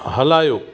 हलायो